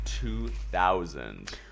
2000